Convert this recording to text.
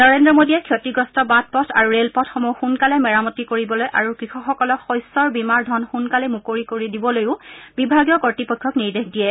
নৰেন্দ্ৰ মোদীয়ে ক্ষতিগ্ৰস্থ বাটপথ আৰু ৰেলপথ সমূহ সোণকালে মেৰামতি কৰিবলৈ আৰু কৃষকসকলক শস্যৰ বীমাৰ ধন সোণকালে মুকলি কৰি দিবলৈ বিভাগীয় কৰ্তৃপক্ষক নিৰ্দেশ দিয়ে